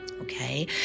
Okay